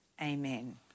amen